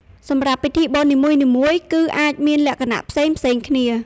សម្រាប់ពិធីបុណ្យនីមួយៗគឺអាចមានលក្ខណៈផ្សេងៗគ្នា។